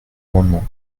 amendement